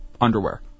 underwear